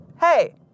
Hey